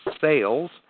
sales